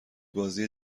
بازی